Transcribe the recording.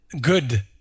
good